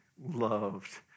loved